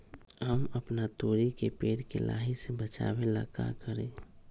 हम अपना तोरी के पेड़ के लाही से बचाव ला का करी?